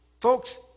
folks